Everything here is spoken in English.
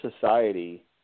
society